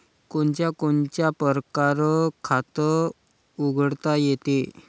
कोनच्या कोनच्या परकारं खात उघडता येते?